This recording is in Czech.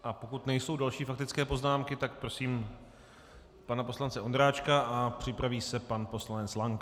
A pokud nejsou další faktické poznámky, tak prosím pana poslance Ondráčka a připraví se pan poslanec Lank.